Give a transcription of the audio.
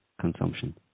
Consumption